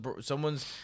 someone's